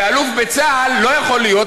ואלוף בצה"ל לא יכול להיות,